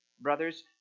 Brothers